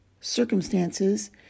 circumstances